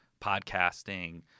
podcasting